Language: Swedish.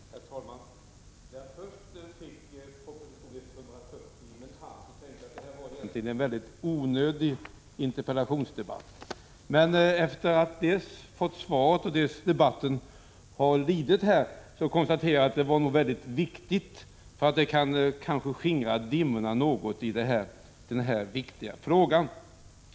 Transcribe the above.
Herr talman! När jag först fick proposition 140 i min hand, tänkte jag att det här egentligen var en mycket onödig interpellationsdebatt. Men efter att ha fått svaret, och vartefter debatten har lidit konstaterar jag att den nog var väldigt viktig, för den kan kanske skingra dimmorna något i denna viktiga fråga.